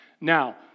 Now